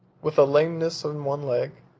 with a lameness in one leg,